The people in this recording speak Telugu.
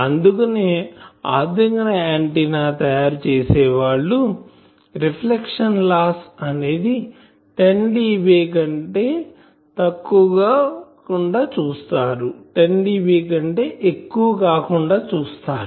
అందుకనే ఆధునిక ఆంటిన్నా తయారు చేసే వాళ్ళు రిఫ్లెక్షన్ లాస్ అనేది 10dB కంటే ఎక్కువ కాకుండా చూస్తారు